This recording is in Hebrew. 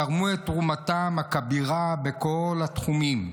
תרמו את תרומתם הכבירה בכל התחומים,